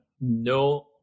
no